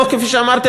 כפי שאמרתי,